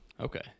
Okay